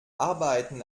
arbeiten